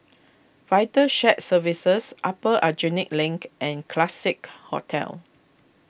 Vital Shared Services Upper Aljunied Link and Classique Hotel